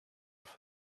for